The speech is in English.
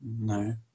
no